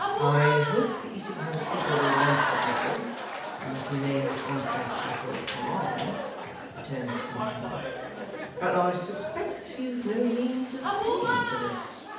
i hope the eating-house keeper will want but little and that he may not want that little long returned his companion but i suspect you've no means of paying for this